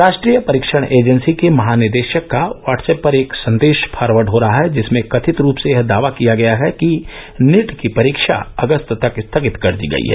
राष्ट्रीय परीक्षण एजेंसी के महानिदेशक का व्हाट्सएप पर एक संदेश फॉरवर्ड हो रहा है जिसमें कथित रूप से यह दावा किया गया है कि नीट की परीक्षा अगस्त तक स्थगित कर दी गई है